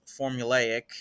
formulaic